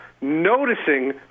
noticing